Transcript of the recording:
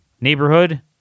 neighborhood